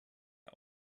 wir